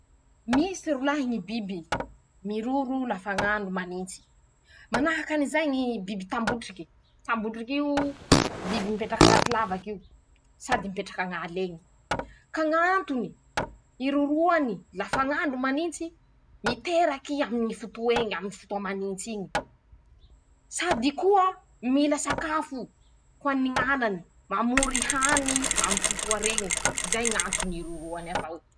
Misy rolahy ñy biby. miroro lafa ñ'andro manintsy: -Manahaky anizay ñy biby tambotriky. tambotrik'io biby mipetraky añaty lavaky io sady mipetraky añ"ala eñy. ka ñ'antony iroroany lafa ñ'andro manintsy :miteraky i aminy ñy foto'eñy. amy fotoa manintsy iñy. sady koa mila sakafo. ho any ñ'anany. mamory hany i amy fotoa reñe ;zay ñ'antony iroroany avao.